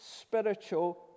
spiritual